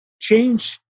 change